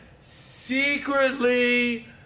secretly